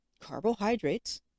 Carbohydrates